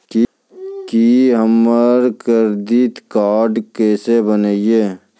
की हमर करदीद कार्ड केसे बनिये?